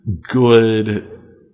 good